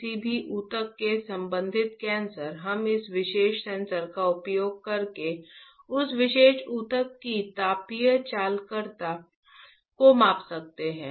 किसी भी ऊतक से संबंधित कैंसर हम इस विशेष सेंसर का उपयोग करके उस विशेष ऊतक की तापीय चालकता को माप सकते हैं